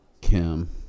Kim